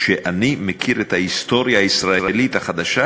שאני מכיר את ההיסטוריה הישראלית החדשה,